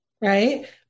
right